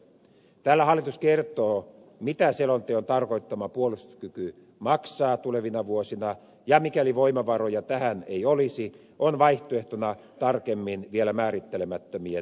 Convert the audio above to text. tällä hallitus kertoo mitä selonteon tarkoittama puolustuskyky maksaa tulevina vuosina ja mikäli voimavaroja tähän ei olisi on vaihtoehtona tarkemmin vielä määrittelemättömien organisaatiouudistusten tie